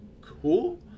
cool